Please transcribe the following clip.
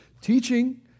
teaching